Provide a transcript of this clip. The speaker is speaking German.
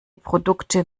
produkte